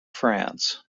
france